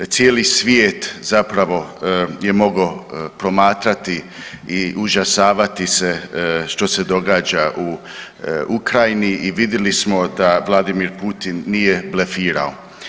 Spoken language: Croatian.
Cijeli svijet zapravo je mogao promatrati i užasavati se što se događa u Ukrajini i vidjeli smo da Vladimir Putin nije blefirao.